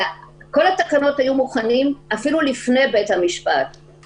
וכל התקנות היו מוכנות אפילו לפני בית-המשפט,